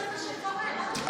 בגלל זה, למה אתה מתווכח איתו?